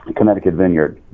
and connecticut vineyard,